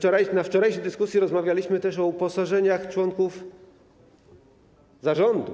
W ramach wczorajszej dyskusji rozmawialiśmy też o uposażeniach członków zarządu,